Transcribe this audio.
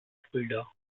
fulda